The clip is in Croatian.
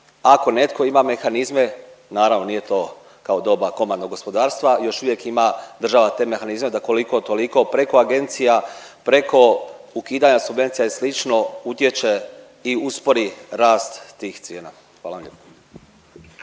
ako netko ima mehanizme, naravno nije to kao doba … gospodarstva još uvijek ima država te mehanizme da koliko toliko preko agencija, preko ukidanja subvencija i sl. utječe i uspori rad tih cijena. Hvala vam